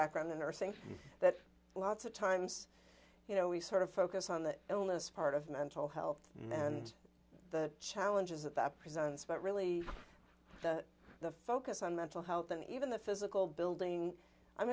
background and are saying that lots of times you know we sort of focus on the illness part of mental health and the challenges that that presents but really the focus on mental health and even the physical building i'm